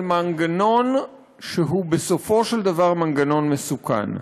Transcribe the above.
על מנגנון שהוא בסופו של דבר מנגנון מסוכן,